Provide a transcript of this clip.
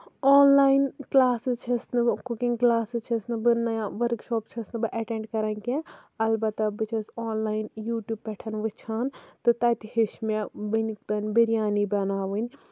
آن line classes چھَس نہٕ بہٕ کُکِنگ کٔلاسز چھَس نہٕ بہٕ یا ؤرٕک شوپ چھَس نہٕ بہٕ ایٹینڈ کران کیٚنٛہہ اَلبتہ بہٕ چھَس آن لاین یوٗٹوٗب پٮ۪ٹھ ہن وٕچھان تہٕ تَتہِ ہٮ۪چھ مےٚ وُنیُک تام بِریانی بَناوٕنۍ